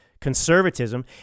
conservatism